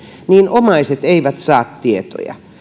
omaiset eivät saa tietoja